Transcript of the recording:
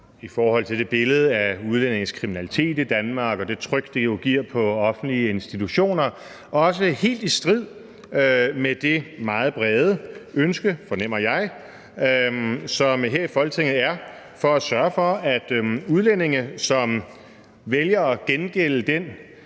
i forhold til det billede af udlændinges kriminalitet i Danmark og det tryk, det jo giver på offentlige institutioner – også helt i strid med det meget brede ønske, fornemmer jeg, der er her i Folketinget om at sørge for, at udlændinge, som vælger at gengælde den